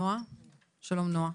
שלום נועה.